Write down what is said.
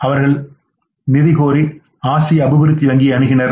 அவர்கள் அவர்கள் நிதி கோரி ஆசிய அபிவிருத்தி வங்கியை அணுகினர்